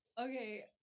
Okay